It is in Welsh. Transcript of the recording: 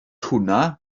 hwnna